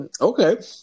Okay